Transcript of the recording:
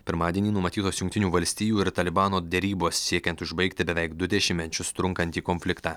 pirmadienį numatytos jungtinių valstijų ir talibano derybos siekiant užbaigti beveik du dešimtmečius trunkantį konfliktą